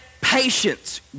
patience